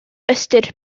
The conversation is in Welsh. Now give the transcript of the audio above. ystyr